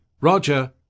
Roger